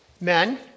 men